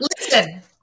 listen